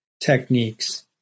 techniques